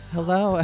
Hello